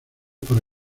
para